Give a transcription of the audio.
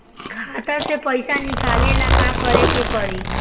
खाता से पैसा निकाले ला का करे के पड़ी?